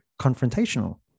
confrontational